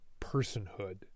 personhood